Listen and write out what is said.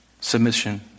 Submission